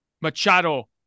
Machado